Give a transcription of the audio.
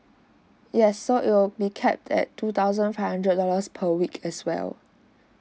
yes so it will be capped at two thousand five hundred dollars per week as well